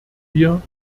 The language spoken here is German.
wir